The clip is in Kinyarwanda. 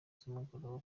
zumugoroba